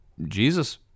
Jesus